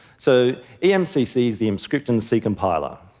so emcc is the emscripten c compiler.